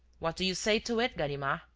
what do you say to it, ganimard?